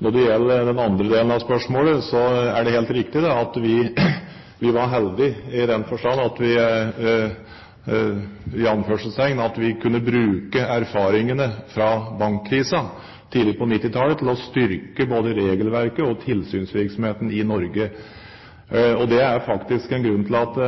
Når det gjelder den andre delen av spørsmålet, er det helt riktig at vi var «heldige» i den forstand at vi kunne bruke erfaringene fra bankkrisen tidlig på 1990-tallet til å styrke både regelverket og tilsynsvirksomheten i Norge. Og det er faktisk en grunn til at